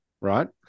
right